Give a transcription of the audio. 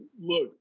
Look